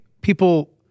people